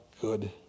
good